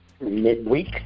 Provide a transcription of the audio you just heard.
midweek